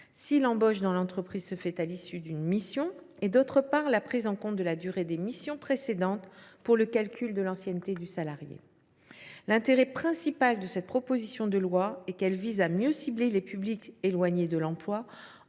si l’embauche dans l’entreprise se fait à l’issue d’une mission et, d’autre part, la prise en compte de la durée des missions précédentes pour le calcul de l’ancienneté du salarié. L’intérêt principal de cette proposition de loi est qu’elle vise à mieux cibler les publics éloignés de l’emploi